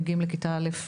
מגיעים לכיתה א'